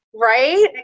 Right